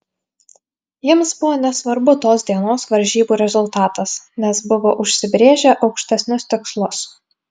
jiems buvo nesvarbu tos dienos varžybų rezultatas nes buvo užsibrėžę aukštesnius tikslus